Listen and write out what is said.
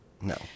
No